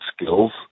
skills